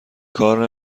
کار